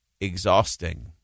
exhausting